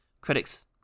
critics